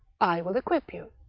i will equip you.